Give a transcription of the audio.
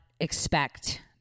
expect